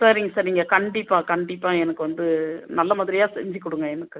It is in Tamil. சரிங்க சரிங்க கண்டிப்பாக கண்டிப்பாக எனக்கு வந்து நல்ல மாதிரியா செஞ்சு கொடுங்க எனக்கு